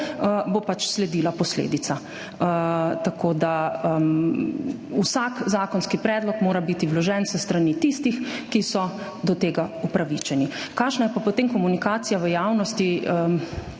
bo pač sledila posledica. Tako da, vsak zakonski predlog mora biti vložen s strani tistih, ki so do tega upravičeni. Kakšna je pa potem komunikacija v javnosti,